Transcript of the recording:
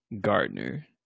Gardner